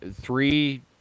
Three